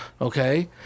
okay